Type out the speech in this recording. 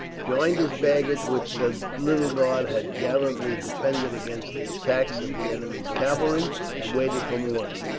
joined his baggage, which the little guard had gallantly defended against the attacks of the enemy's cavalry, and waited for morning.